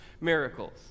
miracles